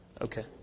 Okay